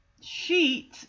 sheet